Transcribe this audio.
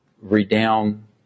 redound